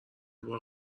بار